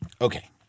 Okay